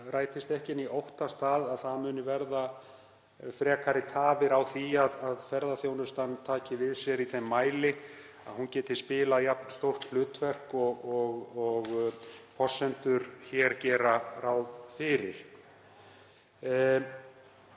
rætist ekki en óttast það — að frekari tafir verði á því að ferðaþjónustan taki við sér í þeim mæli að hún geti leikið jafn stórt hlutverk og forsendur hér gera ráð fyrir.